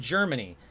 Germany